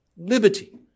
liberty